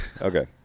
Okay